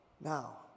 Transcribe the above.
Now